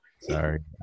Sorry